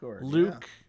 Luke